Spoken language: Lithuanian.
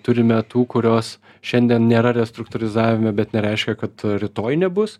turime tų kurios šiandien nėra restruktūrizavime bet nereiškia kad rytoj nebus